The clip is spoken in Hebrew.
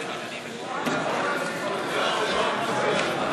ההצעה להעביר את הצעת חוק התפזרות הכנסת העשרים,